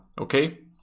okay